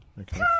Okay